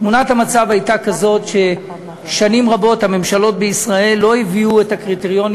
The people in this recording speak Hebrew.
תמונת המצב הייתה ששנים רבות הממשלות בישראל לא הביאו את הקריטריונים